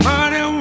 Money